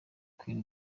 queen